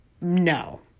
no